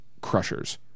crushers